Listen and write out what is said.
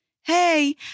Hey